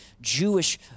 Jewish